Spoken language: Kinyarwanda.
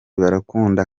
barankunda